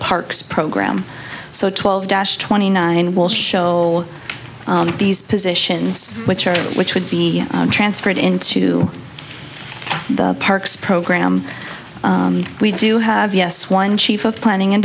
parks program so twelve dash twenty nine will show these positions which are which would be transferred into the parks program we do have yes one chief of planning and